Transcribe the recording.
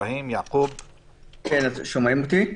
שומעים אותך.